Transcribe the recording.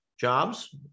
jobs